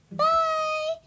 bye